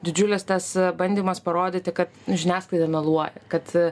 didžiulis tas bandymas parodyti kad žiniasklaida meluoja kad